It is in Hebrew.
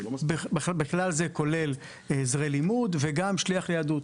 בכלל זה כולל עזרי לימוד וגם שליח יהדות.